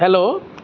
hello